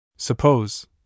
Suppose